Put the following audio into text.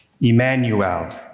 Emmanuel